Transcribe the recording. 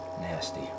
nasty